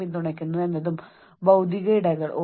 നിങ്ങൾക്ക് സഹായിക്കാൻ കഴിയാത്ത എന്തോ ഒന്ന്